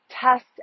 test